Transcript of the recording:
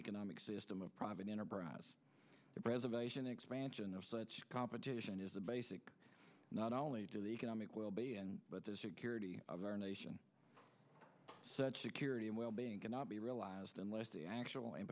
economic system of private enterprise preservation expansion of competition is the basic not only to the economic well being but the security of our nation such a curate and well being cannot be realized unless the actual